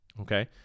okay